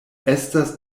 estas